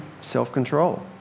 self-control